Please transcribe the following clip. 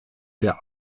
der